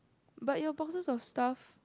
but your boxes of stuff